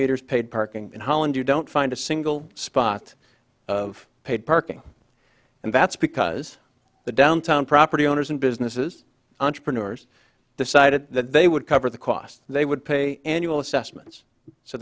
meters paid parking in holland you don't find a single spot of paid parking and that's because the downtown property owners and businesses entrepreneurs decided that they would cover the cost they would pay annual